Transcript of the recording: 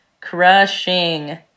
crushing